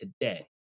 today